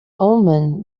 omen